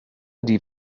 ydy